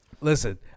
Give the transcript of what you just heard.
Listen